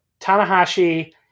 Tanahashi